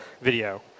video